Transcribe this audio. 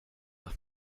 det